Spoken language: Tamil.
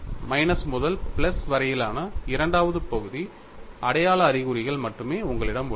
மைனஸ் முதல் பிளஸ் வரையிலான இரண்டாவது பகுதி அடையாள அறிகுறிகள் மட்டுமே உங்களிடம் உள்ளன